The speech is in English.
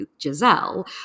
Giselle